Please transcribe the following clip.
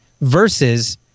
versus